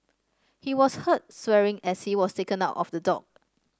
he was heard swearing as he was taken out of the dock